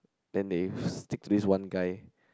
then they stick to this one guy